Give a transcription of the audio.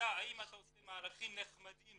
אם אתה עושה מהלכים נחמדים,